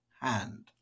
hand